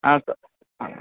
अस्तु आ